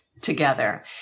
together